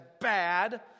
bad